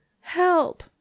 Help